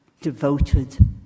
devoted